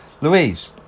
Louise